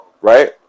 right